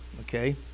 okay